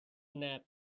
nap